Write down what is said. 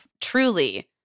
Truly